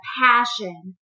passion